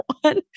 one